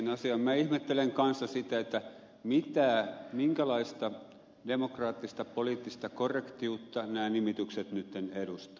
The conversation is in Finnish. minä ihmettelen kanssa sitä minkälaista demokraattista poliittista korrektiutta nämä nimitykset nyt edustavat